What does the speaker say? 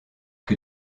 que